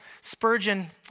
Spurgeon